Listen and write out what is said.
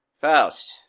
Faust